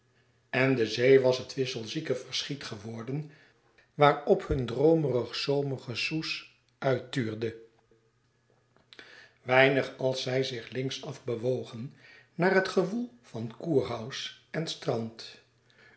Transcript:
en de zee was het wisselzieke verschiet geworden waarop hun droomerig zomergesoes uittuurde weinig als zij zich linksaf bewogen naar het gewoel van kurhaus en strand